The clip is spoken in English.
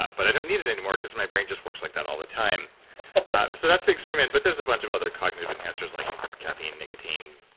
ah but i don't need it anymore because, my brain just works like that all the time so that's the extreme end but there's a bunch of other cognitive enhancers, like caffeine nicotine,